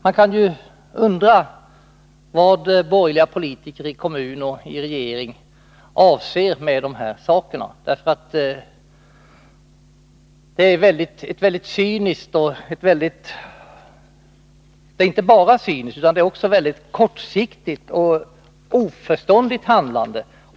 Man kan undra vad de borgerliga politikerna i kommun och regering menar. Det är inte bara ett cyniskt utan också ett mycket kortsiktigt och oförståndigt handlande.